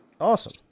Awesome